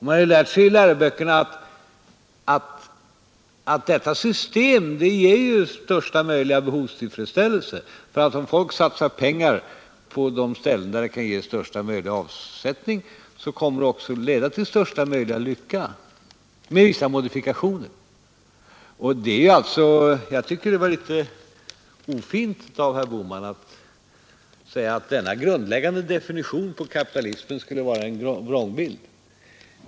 Man har ju lärt sig i läroböckerna att detta system ger största möjliga behovstillfredsställelse. Om folk satsar pengar på de ställen där de kan ge största möjliga avsättning kommer detta också — med vissa modifikationer — att leda till största möjliga lycka. Jag tycker att det var litet ofint av herr Bohman att säga att denna grundläggande definition på kapitalismen skulle vara en vrångbild.